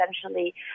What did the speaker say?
essentially